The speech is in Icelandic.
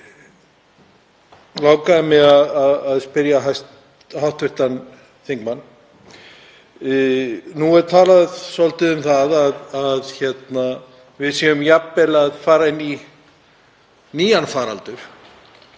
langar mig að spyrja hv. þingmann. Nú er talað svolítið um það að við séum jafnvel að fara inn í nýjan faraldur